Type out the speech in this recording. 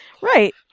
Right